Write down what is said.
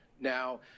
now